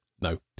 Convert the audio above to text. No